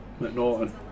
McNaughton